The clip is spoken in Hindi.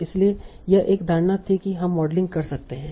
इसलिए यह एक धारणा थी कि हम मॉडलिंग कर सकते हैं